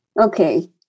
Okay